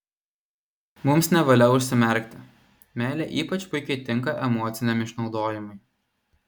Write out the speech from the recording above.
mums nevalia užsimerkti meilė ypač puikiai tinka emociniam išnaudojimui